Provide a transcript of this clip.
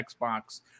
Xbox